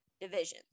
divisions